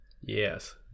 yes